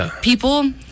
people